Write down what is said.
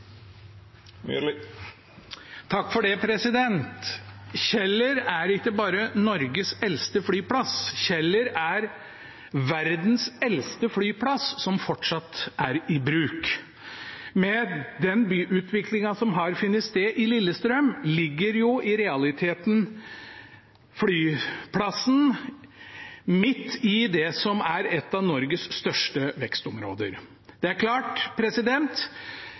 Kjeller er ikke bare Norges eldste flyplass. Kjeller er verdens eldste flyplass som fortsatt er i bruk. Med den byutviklingen som har funnet sted i Lillestrøm, ligger jo flyplassen i realiteten midt i det som er et av Norges største vekstområder. Det er klart